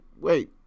Wait